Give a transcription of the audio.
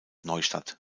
neustadt